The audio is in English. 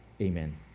amen